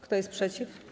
Kto jest przeciw?